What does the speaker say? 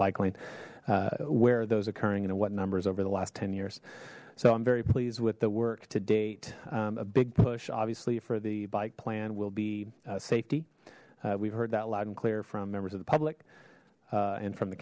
bike lane where those occurring and what numbers over the last ten years so i'm very pleased with the work to date a big push obviously for the bike plan will be safety we've heard that loud and clear from members of the public and from the